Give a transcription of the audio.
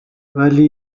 ولی